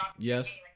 Yes